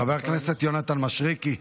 חבר הכנסת יונתן מישרקי,